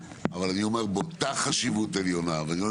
אבל אני אומר,